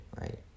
right